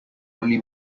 only